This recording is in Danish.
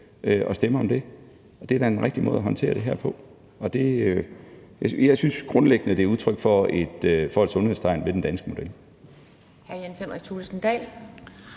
og stemme om det. Det er da en rigtig måde at håndtere det her på. Jeg synes grundlæggende, det er udtryk for et sundhedstegn ved den danske model.